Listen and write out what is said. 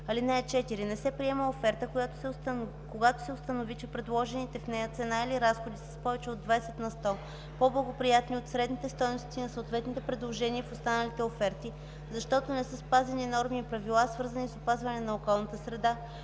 (4) Не се приема оферта, когато се установи, че предложените в нея цена или разходи са с повече от 20 на сто по благоприятни от средните стойности на съответните предложения в останалите оферти, защото не са спазени норми и правила, свързани с опазване на околната среда,